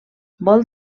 vol